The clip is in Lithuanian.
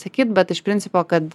sakyt bet iš principo kad